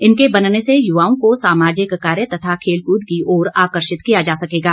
इनके बनने से युवाओं को सामाजिक कार्य तथा खेलकूद की ओर आकर्षित किया जा सकेगा